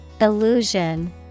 Illusion